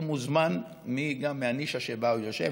הוא מוזמן גם מהנישה שבה הוא יושב,